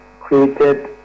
created